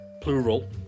plural